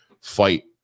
fight